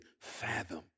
fathom